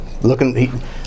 Looking